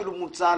אפילו מול צה"ל,